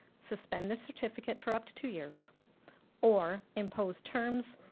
suspend the certificate for up to two years or impose terms,